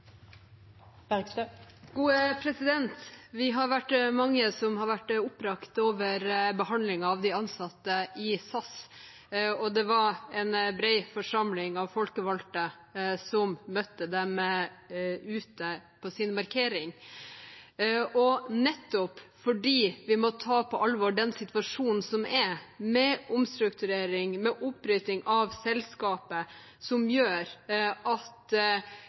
Vi har vært mange som har vært oppbrakt over behandlingen av de ansatte i SAS, og det var en bred forsamling av folkevalgte som møtte dem ute på markeringen deres. Nettopp fordi vi må ta på alvor den situasjonen som er, med omstrukturering, med oppbryting av selskapet, som gjør at